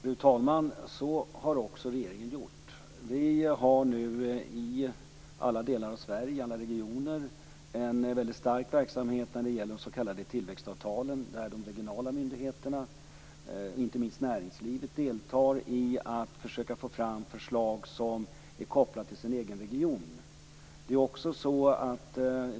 Fru talman! Så har också regeringen gjort. Vi har nu i alla delar av Sverige en stark verksamhet med de s.k. tillväxtavtalen. De regionala myndigheterna och inte minst näringslivet deltar i att försöka få fram förslag som är kopplade till den egna regionen.